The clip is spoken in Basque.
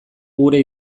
gure